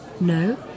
No